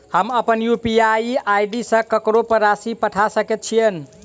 हम अप्पन UPI ID सँ ककरो पर राशि पठा सकैत छीयैन?